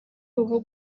ubu